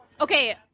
Okay